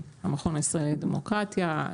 המכון הישראלי לדמוקרטיה,